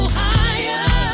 higher